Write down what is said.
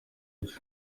iki